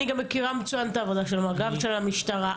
אני גם מכירה מצוין את העבודה של מג"ב ושל המשטרה.